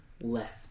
left